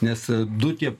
nes du tie